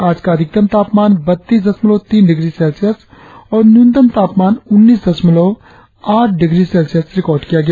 आज का अधिकतम तापमान बत्तीस दशमलव तीन डिग्री सेल्सियस और न्यूनतम तापमान उन्नीस दशमलव आठ डिग्री सेल्सियस रिकार्ड किया गया